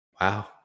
Wow